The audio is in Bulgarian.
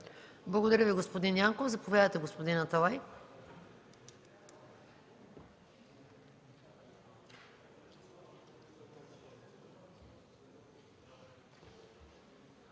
Благодаря Ви, господин Янков. Заповядайте, господин Аталай.